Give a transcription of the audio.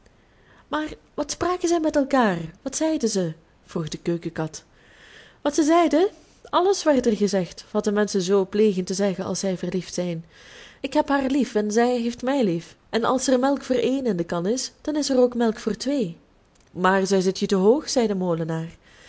maar wat spraken zij met elkaar wat zeiden zij vroeg de keukenkat wat zij zeiden alles werd er gezegd wat de menschen zoo plegen te zeggen als zij verliefd zijn ik heb haar lief en zij heeft mij lief en als er melk voor een in de kan is dan is er ook melk voor twee maar zij zit je te hoog zei de molenaar